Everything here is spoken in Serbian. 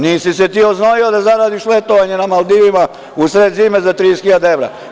Nisi se ti oznojio da zaradiš letovanje na Maldivima u sred zime za 30.000 evra.